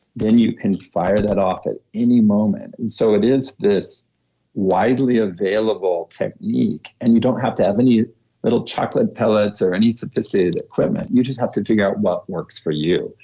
then you can fire that off at any moment and so, it is this widely available technique and you don't have to have any little chocolate pellets or any sophisticated equipment. you just have to figure out what works for you.